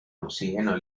oxígeno